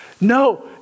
No